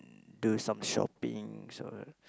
do some shopping so